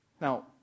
Now